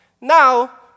Now